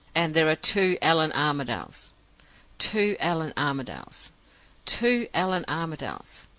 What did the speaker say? and there are two allan armadales two allan armadales two allan armadales.